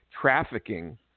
trafficking